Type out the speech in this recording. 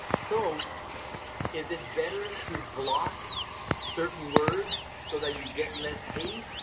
so is it better to block certain words so that you get less hate?